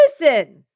listen